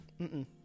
Mm-mm